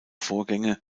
vorgänge